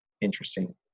interesting